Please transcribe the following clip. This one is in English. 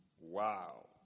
Wow